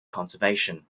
conservation